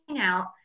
out